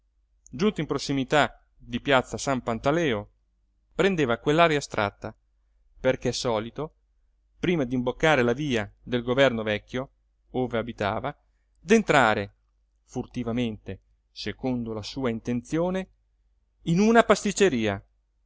giunto in prossimità di piazza san pantaleo prendeva quell'aria astratta perché solito prima di imboccare la via del governo vecchio ove abitava d'entrare furtivamente secondo la sua intenzione in una pasticceria